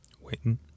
Waiting